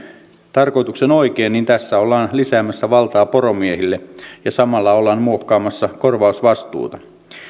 tarkoituksen oikein niin tässä ollaan lisäämässä valtaa poromiehille ja samalla ollaan muokkaamassa korvausvastuuta